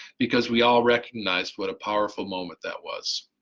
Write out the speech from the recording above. because we all recognized what a powerful moment that was.